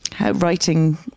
Writing